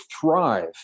thrive